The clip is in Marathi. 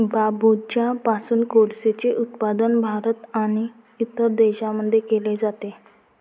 बांबूपासून कोळसेचे उत्पादन भारत आणि इतर देशांमध्ये केले जाते